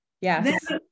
Yes